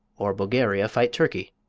or bulgaria fight turkey?